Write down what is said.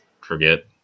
forget